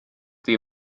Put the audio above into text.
tõi